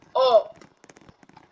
up